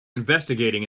investigating